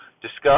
discuss